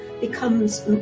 becomes